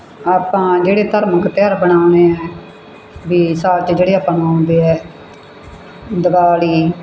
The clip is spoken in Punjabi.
ਆਪਾਂ ਜਿਹੜੇ ਧਾਰਮਿਕ ਤਿਉਹਾਰ ਬਣਾਉਣੇ ਆ ਵੀ ਸਾਲ 'ਚ ਜਿਹੜੇ ਆਪਾਂ ਨੂੰ ਆਉਂਦੇ ਆ ਦੀਵਾਲੀ